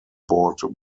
bought